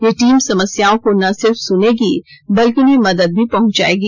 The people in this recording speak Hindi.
ये टीम समस्याओं को न सिर्फ सुनेगी बल्कि उन्हें मदद भी पहुंचाएगी